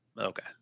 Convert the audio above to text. Okay